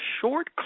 short